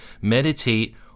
meditate